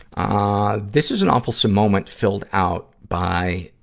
ah this is an awfulsome moment filled out by,